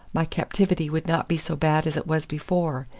my captivity would not be so bad as it was before,